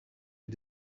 est